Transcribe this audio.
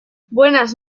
buenas